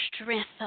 strength